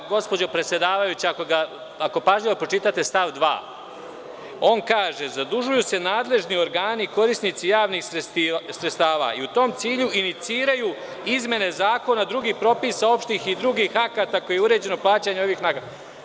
Gospođo predsedavajuća, ako pažljivo pročitate stav 2, on kaže – zadužuju se nadležni organi i korisnici javnih sredstava i u tom cilju iniciraju izmene zakona drugih propisa opštih i drugih akata kojim je uređeno plaćanje ovih naknada.